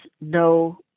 no